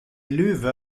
löwe